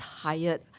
tired